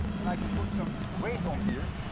and i can put some weight on here,